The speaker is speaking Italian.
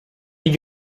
agli